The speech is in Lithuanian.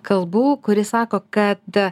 kalbų kuri sako kad